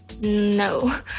no